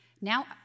Now